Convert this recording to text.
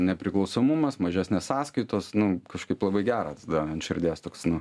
nepriklausomumas mažesnės sąskaitos nu kažkaip labai gera tada ant širdies toks nu